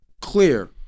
clear